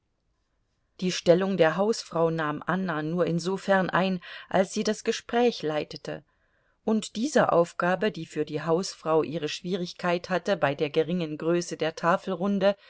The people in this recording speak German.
die stellung der hausfrau nahm anna nur insofern ein als sie das gespräch leitete und dieser aufgabe die für die hausfrau ihre schwierigkeit hatte bei der geringen größe der tafelrunde